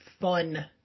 fun